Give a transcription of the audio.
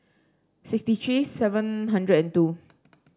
sixty three seven hundred and two